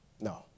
no